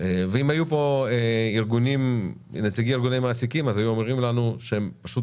אם היו פה נציגי ארגוני מעסיקים אז הם היו אומרים שהם פשוט